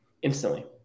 Instantly